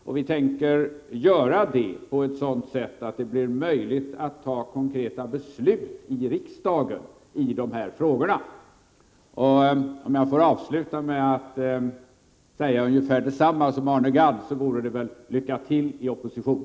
Detta tänker vi göra på ett sådant sätt att det blir möjligt att fatta konkreta beslut i riksdagen i dessa frågor. Om jag får avsluta med att säga ungefär detsamma som Arne Gadd sade, blir det väl: Lycka till i opposition!